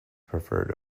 preferred